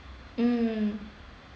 mmhmm